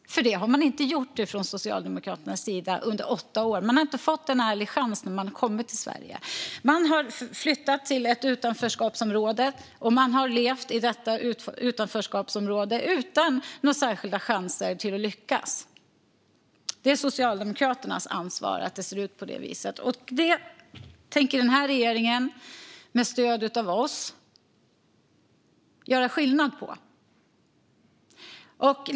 Det har Socialdemokraterna inte gjort under åtta år. De har inte fått en ärlig chans när de har kommit till Sverige. De har flyttat till ett utanförskapsområde, och de har levt i detta utanförskapsområde utan några särskilda chanser till att lyckas. Det är Socialdemokraternas ansvar att det ser ut så. Detta tänker den här regeringen, med stöd av oss, göra skillnad på.